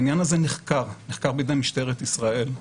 העניין הזה נחקר בידי משטרת ישראל,